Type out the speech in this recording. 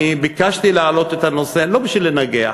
אני ביקשתי להעלות את הנושא לא בשביל לנגח,